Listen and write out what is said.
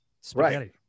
Spaghetti